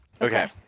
Okay